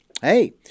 hey